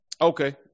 Okay